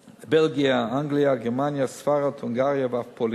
בלגיה, אנגליה, גרמניה, ספרד, הונגריה ואף פולין.